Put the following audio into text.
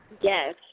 Yes